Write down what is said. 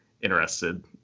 interested